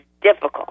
difficult